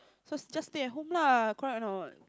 so just stay at home lah correct or not